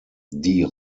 die